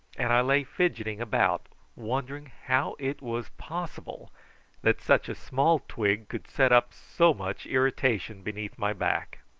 and i lay fidgeting about, wondering how it was possible that such a small twig could set up so much irritation beneath my back.